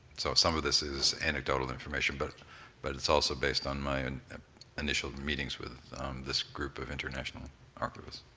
so some of this is anecdotal information, but but it's also based on my and initial meetings with this group of international archivists.